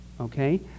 okay